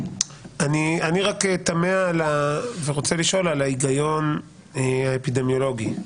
אני תמה ורוצה לשאול על ההיגיון האפידמיולוגי.